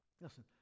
Listen